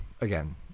again